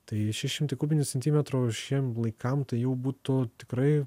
tai šeši šimtai kubinių centimetrų šiem laikam tai jau būtų tikrai